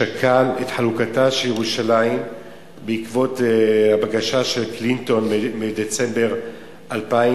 שקל את חלוקתה של ירושלים בעקבות הבקשה של קלינטון מדצמבר 2000,